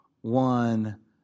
one